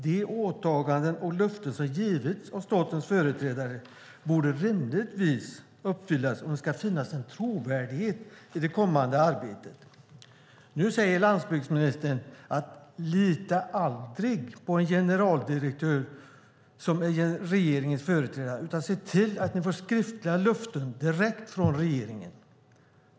De åtaganden och löften som getts av statens företrädare borde rimligtvis uppfyllas om det ska finnas en trovärdighet i det kommande arbetet. Nu säger landsbygdsministern att man aldrig ska lita på en generaldirektör, som är regeringens företrädare, utan se till att man får skriftliga löften direkt från regeringen.